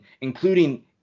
including